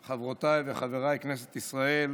תחדד את הצורך באישור החוק הכל-כך חשוב הזה.